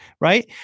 Right